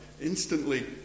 instantly